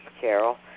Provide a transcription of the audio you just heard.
Carol